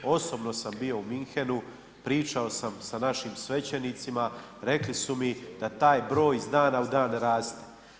Osobno sam bio u Munchenu, pričao sam sa našim svećenicima, rekli su mi da taj broj iz dana u dan raste.